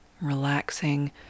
Relaxing